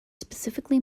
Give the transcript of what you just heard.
specifically